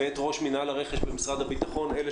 ואת ראש מינהל הרכש במשרד הביטחון - אלה